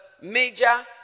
major